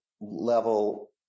level